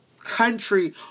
country